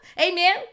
Amen